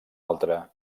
altra